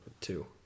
Two